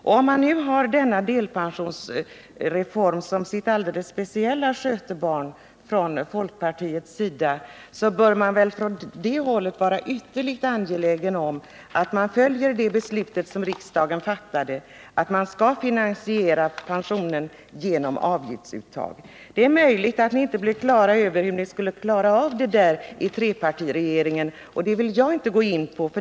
Om nu folkpartiet har denna delpensionsreform som sitt alldeles speciella skötebarn, bör man väl vara ytterligt angelägen om att man följer det beslut som riksdagen fattade att pensionen skall finansieras genom avgiftsuttag. Det är möjligt att ni i trepartiregeringen inte blev på det klara med hur ni skulle klara av detta. Men det vill jag inte gå in på.